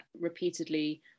repeatedly